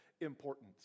importance